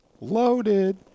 loaded